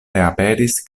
reaperis